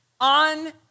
on